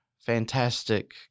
fantastic